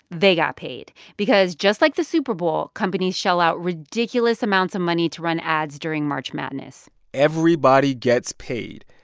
they got paid because just like the super bowl, companies shell out ridiculous amounts of money to run ads during march madness everybody gets paid,